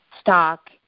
stock